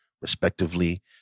respectively